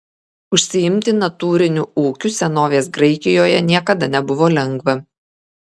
užsiimti natūriniu ūkiu senovės graikijoje niekada nebuvo lengva